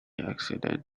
accident